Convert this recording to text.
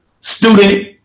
student